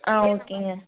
ஆ ஓகேங்க